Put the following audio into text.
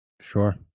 Sure